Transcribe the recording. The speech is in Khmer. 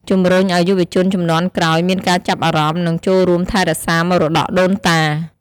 ជម្រុញឱ្យយុវជនជំនាន់ក្រោយមានការចាប់អារម្មណ៍ និងចូលរួមថែរក្សាមរតកដូនតា។